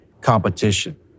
competition